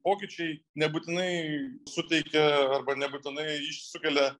pokyčiai nebūtinai suteikia arba nebūtinai iš sukelia